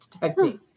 techniques